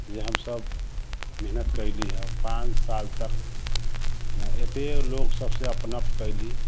जे हमसब मेहनत कयली हँ पाँच साल तक एते लोक सबसँ अपनत्व कयली